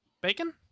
bacon